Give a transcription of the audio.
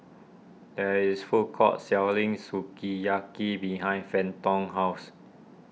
there is food court selling Sukiyaki behind Fenton's house